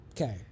Okay